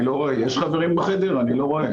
אני רואה